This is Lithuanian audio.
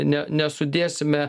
ne nesudėsime